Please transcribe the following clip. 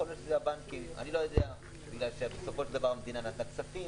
יכול להיות שזה הבנקים בגלל שבסופו של דבר המדינה נתנה כספים,